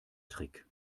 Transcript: trick